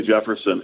Jefferson